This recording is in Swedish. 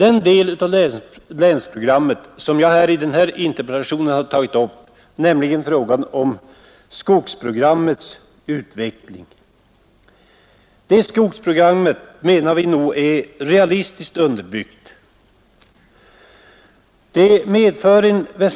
Skogsprogrammet, dvs. den del av Länsprogrammet som jag har tagit upp i den här interpellationen, menar vi nog är realistiskt underbyggt.